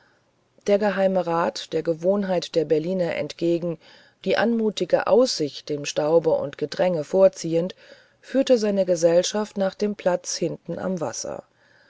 der geheimerat der gewohnheit der berliner entgegen die anmutige aussicht dem staube und gedränge vorziehend führte seine gesellschaft nach dem platze hinten am wasser